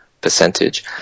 percentage